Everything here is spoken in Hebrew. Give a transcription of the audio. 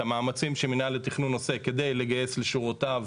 המאמצים שמינהל התכנון עושה כדי לגייס לשורותיו